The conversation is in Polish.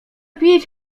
pić